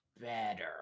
better